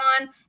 on